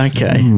Okay